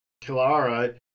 Kilara